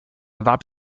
erwarb